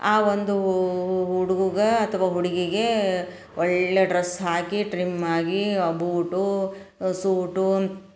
ಆ ಒಂದು ಹುಡ್ಗಗ ಅಥವಾ ಹುಡುಗಿಗೆ ಒಳ್ಳೆಯ ಡ್ರಸ್ ಹಾಕಿ ಟ್ರಿಮ್ ಆಗಿ ಬೂಟು ಸೂಟು